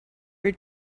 were